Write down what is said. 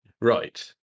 right